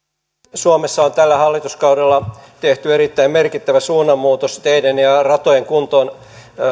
suomessa on tällä hallituskaudella tehty erittäin merkittävä suunnanmuutos teiden ja ja ratojen kuntoon